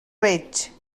reig